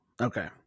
Okay